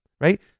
right